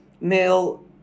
male